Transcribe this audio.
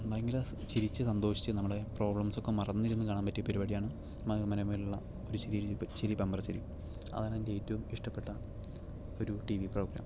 ഭയങ്കര ചിരിച്ച് സന്തോഷിച്ച് നമ്മുടെ പ്രോബ്ലംസ് ഒക്കെ മറന്നിരുന്നു കാണാൻ പറ്റിയ പരിപാടിയാണ് മഴവിൽ മനോരമയിൽ ഉള്ള ഒരു ചിരി ഇരു ചിരി ബംബർ ചിരി അതാണ് എൻ്റെ ഏറ്റവും ഇഷ്ടപ്പെട്ട ഒരു ടിവി പ്രോഗ്രാം